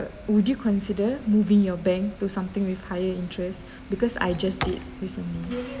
would you consider moving your bank to something with higher interest because I just did recently